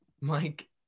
Mike